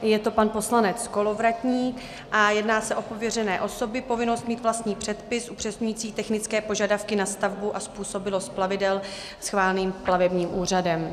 Je to pan poslanec Kolovratník a jedná se o pověřené osoby, povinnost mít vlastní předpis upřesňující technické požadavky na stavbu a způsobilost plavidel schválené plavebním úřadem.